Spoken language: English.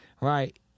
right